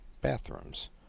bathrooms